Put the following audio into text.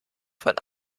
von